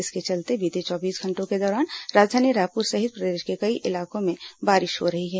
इसके चलते बीते चौबीस घंटों के दौरान राजधानी रायपुर सहित प्रदेश के कई इलाकों में बारिश हो रही है